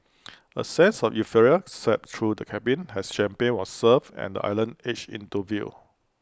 A sense of euphoria swept through the cabin as champagne was served and the island edged into view